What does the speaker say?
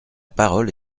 parole